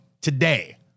today